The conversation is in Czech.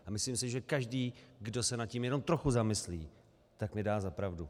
A myslím si, že každý, kdo se nad tím jenom trochu zamyslí, tak mi dá za pravdu.